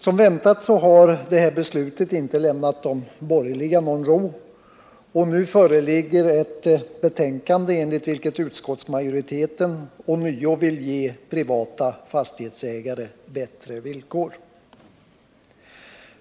Som väntat har detta beslut inte lämnat de borgerliga någon ro, och nu föreligger ett betänkande enligt vilket utskottsmajoriteten ånyo vill ge privata fastighetsägare bättre villkor.